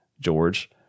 George